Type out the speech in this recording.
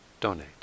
donate